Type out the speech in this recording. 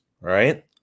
right